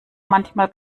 manchmal